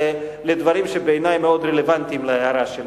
לדברים שבעיני הם מאוד רלוונטיים להערה שלך.